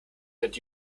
that